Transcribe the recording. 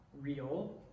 real